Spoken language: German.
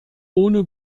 ohne